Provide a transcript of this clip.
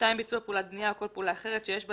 ביצוע פעולת בנייה או כל פעולה אחרת שיש בה,